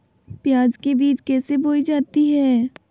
प्याज के बीज कैसे बोई जाती हैं?